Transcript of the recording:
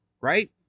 right